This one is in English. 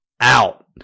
out